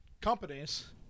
companies